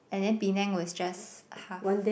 and then Penang was just half